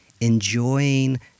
enjoying